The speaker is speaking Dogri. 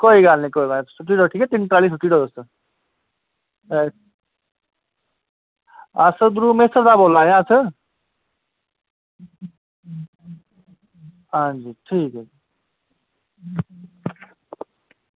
ठीक ऐ ठीक ऐ कोई गल्ल नी तिन्न ट्राली सुट्टी ओड़ेआ ठीक ऐ तुस अस उध्दरों मेस्सर दा बोल्ला दे आं अस हां जी ठीक ऐ जी